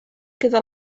queda